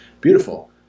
Beautiful